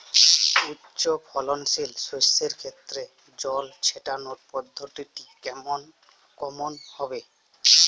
উচ্চফলনশীল শস্যের ক্ষেত্রে জল ছেটানোর পদ্ধতিটি কমন হবে?